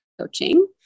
coaching